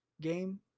game